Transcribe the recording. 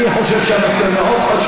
אני חושב שהנושא חשוב מאוד.